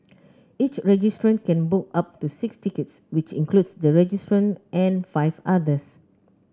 each registrant can book up to six tickets which includes the registrant and five others